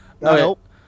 Nope